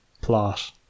plot